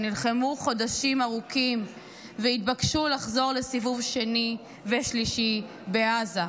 שנלחמו חודשים ארוכים והתבקשו לחזור לסיבוב שני ושלישי בעזה.